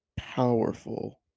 Powerful